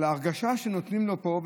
על ההרגשה שנותנים לו פה,